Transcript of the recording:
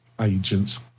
agents